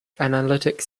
analytic